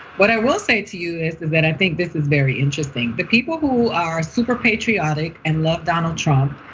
what i will say to you is is that i think this is very interesting. but people who are super patriotic, and love donald trump,